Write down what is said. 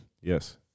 Yes